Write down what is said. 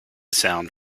sound